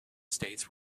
estates